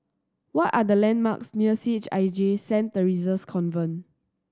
what are the landmarks near C H I J Saint Theresa's Convent